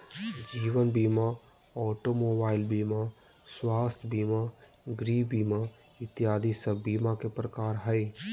जीवन बीमा, automobile बीमा, स्वास्थ्य बीमा, गृह बीमा इत्यादि सब बीमा के प्रकार हय